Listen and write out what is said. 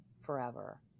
forever